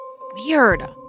Weird